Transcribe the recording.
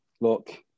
Look